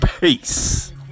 Peace